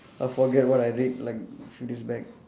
I forget what I read like few days back